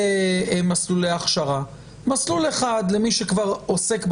מסלולי הכשרה: מסלול אחד למי שכבר עוסק בתחום.